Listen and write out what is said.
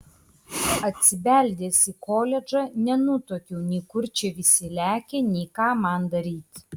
atsibeldęs į koledžą nenutuokiau nei kur čia visi lekia nei ką man daryti